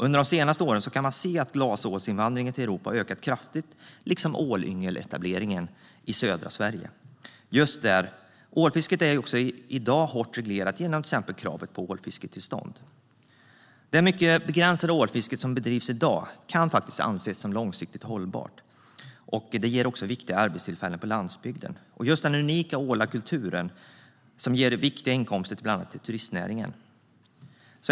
Under de senaste åren har glasålsinvandringen till Europa ökat kraftigt liksom ålyngeletableringen i södra Sverige. Ålfisket är i dag hårt reglerat genom till exempel kravet på ålfisketillstånd. Det mycket begränsade ålfiske som bedrivs i dag kan anses som långsiktigt hållbart. Det ger också viktiga arbetstillfällen på landsbygden. Den unika ålakulturen ger viktiga inkomster till bland annat turistnäringen.